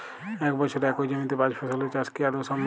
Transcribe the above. এক বছরে একই জমিতে পাঁচ ফসলের চাষ কি আদৌ সম্ভব?